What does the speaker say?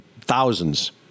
thousands